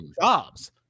jobs